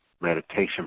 Meditation